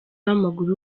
w’amaguru